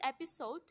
episode